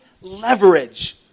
leverage